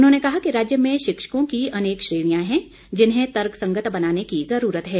उन्होंने कहा कि राज्य में शिक्षकों की अनेक श्रेणियां हैं जिन्हें तर्कसंगत बनाने की ज़रूरत है